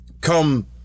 come